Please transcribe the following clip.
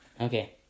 Okay